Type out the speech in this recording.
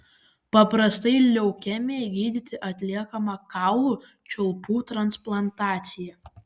paprastai leukemijai gydyti atliekama kaulų čiulpų transplantacija